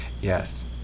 Yes